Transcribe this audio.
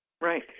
Right